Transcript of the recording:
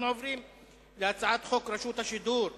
אנחנו עוברים להצעת חוק רשות השידור (תיקון,